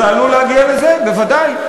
זה עלול להגיע לזה, בוודאי.